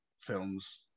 films